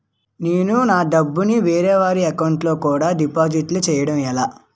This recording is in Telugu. నేను నా డబ్బు ని వేరే వారి అకౌంట్ కు డిపాజిట్చే యడం ఎలా?